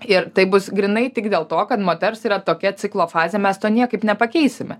ir taip bus grynai tik dėl to kad moters yra tokia ciklo fazė mes to niekaip nepakeisime